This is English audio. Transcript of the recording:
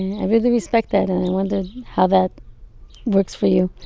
and i really respect that. and i wondered how that works for you?